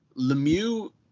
Lemieux